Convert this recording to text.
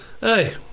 Hey